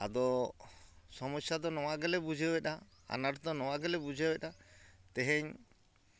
ᱟᱫᱚ ᱥᱚᱢᱚᱥᱥᱟ ᱫᱚ ᱱᱚᱣᱟ ᱜᱮᱞᱮ ᱵᱩᱡᱷᱟᱹᱣᱮᱫᱟ ᱟᱱᱟᱴ ᱫᱚ ᱱᱚᱣᱟ ᱜᱮᱞᱮ ᱵᱩᱡᱷᱟᱹᱣᱮᱫᱟ ᱛᱮᱦᱮᱧ